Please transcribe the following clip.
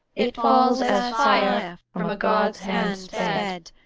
it falls as fire from a god's hand sped,